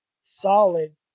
solid